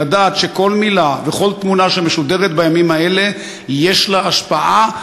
לדעת שכל מילה וכל תמונה שמשודרות בימים האלה יש להן השפעה,